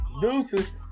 Deuces